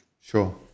Sure